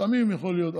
לפעמים יכול להיות.